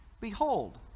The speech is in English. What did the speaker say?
behold